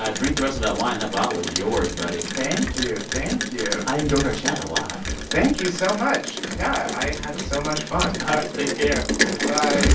drink the rest of that wine. that bottle is yours, buddy thank you. thank you i enjoyed our chat a lot thank you so much. yeah. i had so much fun all right. take care bye